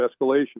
escalation